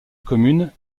commune